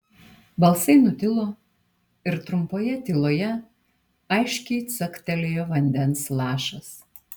balsai nutilo ir trumpoje tyloje aiškiai caktelėjo vandens lašas